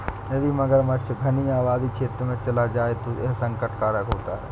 यदि मगरमच्छ घनी आबादी क्षेत्र में चला जाए तो यह संकट कारक होता है